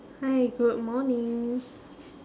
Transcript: hi good morning